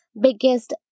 biggest